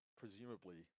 presumably